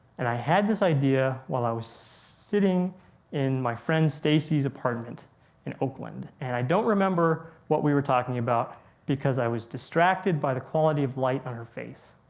and i had this idea while i was sitting in my friend stacy's apartment in oakland. and i don't remember what we're talking about because i was distracted by the quality of light on her face.